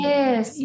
Yes